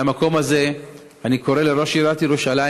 מהמקום הזה אני קורא לראש עיריית ירושלים,